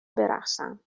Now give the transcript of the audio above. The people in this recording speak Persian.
برقصم